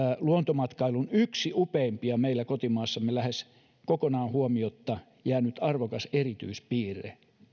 luontomatkailun yksi upein meillä kotimaassamme lähes kokonaan huomiotta jäänyt arvokas erityispiirre